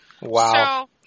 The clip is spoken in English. Wow